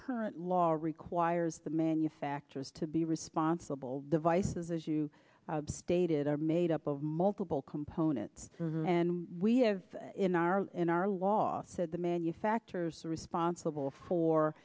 current law requires the manufacturers to be responsible devices as you dated are made up of multiple components and we have in our in our law said the manufacturers are responsible for